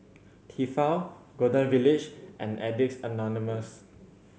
Tefal Golden Village and Addicts Anonymous